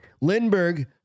Lindbergh